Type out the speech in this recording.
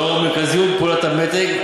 לאור מרכזיות פעולת המתג,